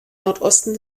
nordosten